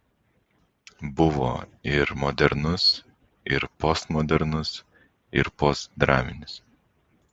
buvo ir modernus ir postmodernus ir postdraminis